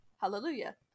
hallelujah